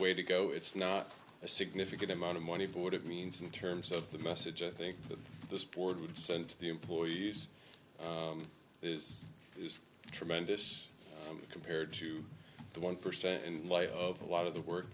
way to go it's not a significant amount of money board it means in terms of the message i think that this board would send to the employees is tremendous compared to the one percent in light of a lot of the work